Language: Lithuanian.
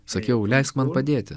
sakiau leisk man padėti